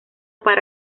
para